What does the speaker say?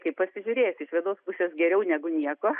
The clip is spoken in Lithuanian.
kaip pasižiūrėsi iš vienos pusės geriau negu nieko